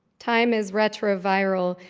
time is retroviral,